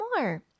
more